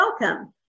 welcome